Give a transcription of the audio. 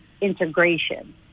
integration